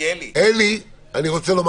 --- אני רוצה לומר חברים,